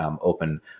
open